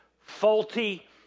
faulty